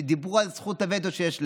שדיברו על זכות הווטו שיש להם: